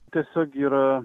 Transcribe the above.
tiesiog yra